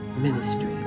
ministry